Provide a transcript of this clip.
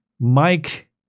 mike